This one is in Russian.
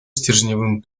стержневым